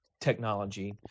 technology